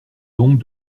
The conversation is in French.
donc